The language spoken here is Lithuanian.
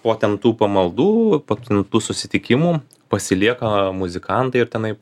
po ten tų pamaldų po ten tų susitikimų pasilieka muzikantai ir tenai